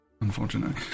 Unfortunately